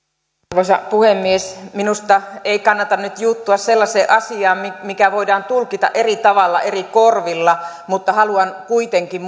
arvoisa puhemies minusta ei kannata nyt juuttua sellaiseen asiaan mikä voidaan tulkita eri tavalla eri korvilla mutta haluan kuitenkin